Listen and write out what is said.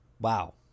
Wow